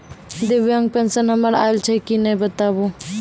दिव्यांग पेंशन हमर आयल छै कि नैय बताबू?